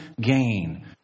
gain